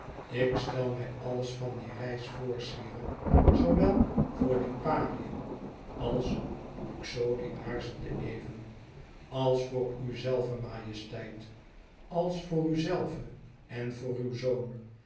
ik stel mij alles van die reis voor sire zoowel voor liparië als ruxodi aarzelde even als voor uzelve majesteit als voor uzelve en voor uw zoon